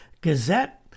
Gazette